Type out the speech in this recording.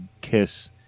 kiss